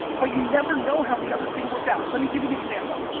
but you never know how the other thing worked out. let me give you an example.